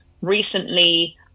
recently